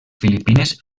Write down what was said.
filipines